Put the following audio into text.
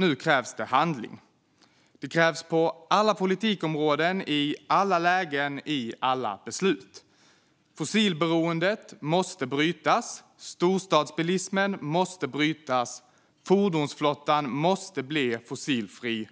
Nu krävs det handling - på alla politikområden, i alla lägen och i alla beslut. Fossilberoendet måste brytas. Storstadsbilismen måste brytas. Fordonsflottan måste bli fossilfri.